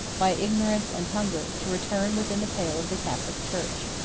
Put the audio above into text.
by ignorance and hunger, to return within the pale of the catholic church.